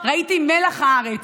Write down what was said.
ראיתי מלח הארץ,